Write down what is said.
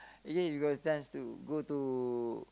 okay you got a chance to go to